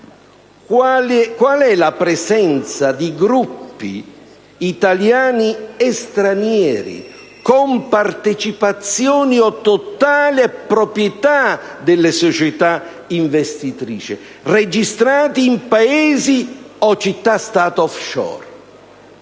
Qual è la presenza di gruppi italiani e stranieri e quante le compartecipazioni, o le totali proprietà, di società investitrici registrate in Paesi o città Stato *off shore*?